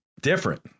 different